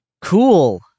cool